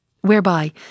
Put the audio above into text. whereby